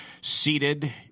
seated